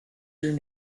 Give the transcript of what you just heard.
your